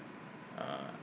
uh